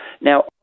Now